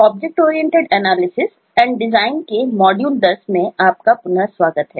object oriented analysis and design है